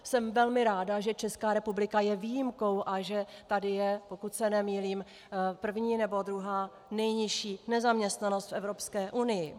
Jsem velmi ráda, že Česká republika je výjimkou a že tady je, pokud se nemýlím, první nebo druhá nejnižší nezaměstnanost v Evropské unii.